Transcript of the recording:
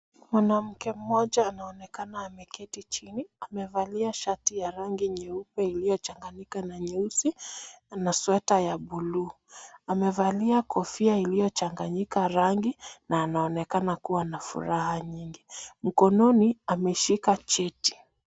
Mwanamke mmoja anaonekana ameketi chini. Amevalia shati ya rangi nyeupe iliyochanganyika na nyeusi na sweta ya bluu. Amevalia kofia iliyochanganyika rangi na anaonekana kuwa na furaha nyingi. Mkononi ameshika cheti.